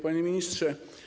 Panie Ministrze!